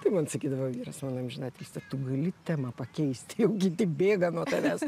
tai man sakydavo vyras mano amžinatilsį tu gali temą pakeist jau kiti bėga nuo tavęs